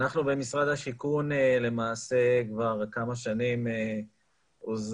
אנחנו במשרד השיכון למעשה כבר כמה שנים עוזרים,